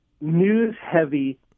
news-heavy